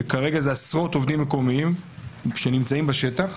שכרגע זה עשרות עובדים מקומיים שנמצאים בשטח,